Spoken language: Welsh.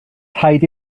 rhaid